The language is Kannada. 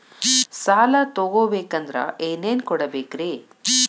ಸಾಲ ತೊಗೋಬೇಕಂದ್ರ ಏನೇನ್ ಕೊಡಬೇಕ್ರಿ?